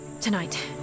Tonight